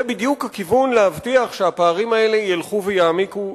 זה בדיוק הכיוון להבטיח שהפערים האלה ילכו ויעמיקו,